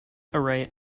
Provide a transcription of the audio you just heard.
array